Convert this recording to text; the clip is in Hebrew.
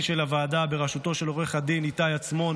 של הוועדה בראשותו של עו"ד איתי עצמון,